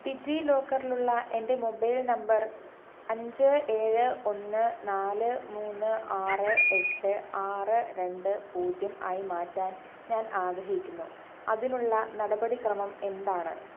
ഡിജിലോക്കറിലുള്ള എൻ്റെ mobile number അഞ്ച് ഏഴ് ഒന്ന് നാല് മൂന്ന് ആറ് എട്ട് ആറ് രണ്ട് പൂജ്യം ആയി മാറ്റാൻ ഞാൻ ആഗ്രഹിക്കുന്നു അതിനുള്ള നടപടിക്രമം എന്താണ്